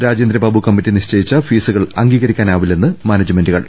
Rajendrababu committee നിശ്ചയിച്ച fees കൾ അംഗീകരിക്കാനാവില്ലെന്ന് മാനേജുമെന്റുകൾ